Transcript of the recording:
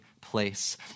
place